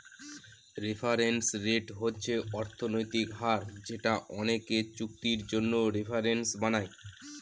reference rate হচ্ছে অর্থনৈতিক হার যেটা অনেকে চুক্তির জন্য রেফারেন্স বানায়